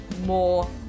more